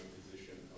position